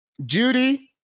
judy